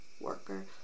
worker